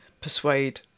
persuade